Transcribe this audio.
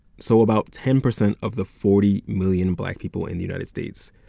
so about ten percent of the forty million black people in the united states